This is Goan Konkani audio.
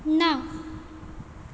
ना